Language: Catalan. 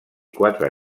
quatre